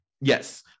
yes